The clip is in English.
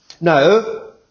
No